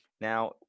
Now